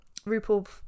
RuPaul